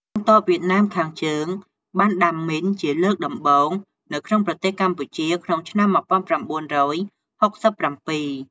កងទ័ពវៀតណាមខាងជើងបានដាំមីនជាលើកដំបូងនៅក្នុងប្រទេសកម្ពុជាក្នុង ឆ្នាំ ១៩៦៧។